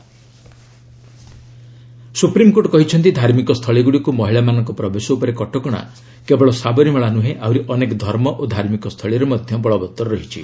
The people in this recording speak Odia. ସୁପ୍ରିମକୋର୍ଟ ସାବରୀମାଳା ସୁପ୍ରିମକୋର୍ଟ କହିଛନ୍ତି ଧାର୍ମିକ ସ୍ଥଳୀଗୁଡ଼ିକୁ ମହିଳାମାନଙ୍କ ପ୍ରବେଶ ଉପରେ କଟକଶା କେବଳ ସାବରୀମାଳା ନୁହେଁ ଆହୁରି ଅନେକ ଧର୍ମ ଓ ଧାର୍ମିକସ୍ଥଳୀରେ ମଧ୍ୟ ବଳବତ୍ତର ରହିଛି